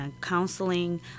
counseling